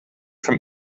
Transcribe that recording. from